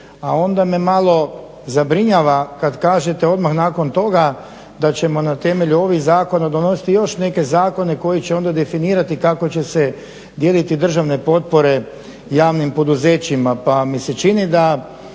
a onda me malo zabrinjava kad kažete odmah nakon toga da ćemo na temelju ovih zakona donositi još neke zakone koji će onda definirati kako će se dijeliti državne potpore javnim poduzećima,